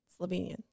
Slovenian